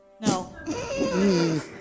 No